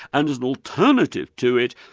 and as an alternative to it,